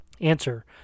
Answer